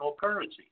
currency